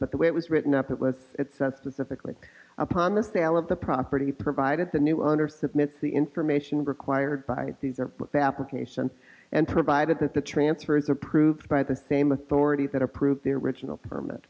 but the way it was written up it was it says specifically upon the sale of the property provided the new owner submitted the information required by these are fabrications and provided that the transfer is approved by the same authority that approved the original permit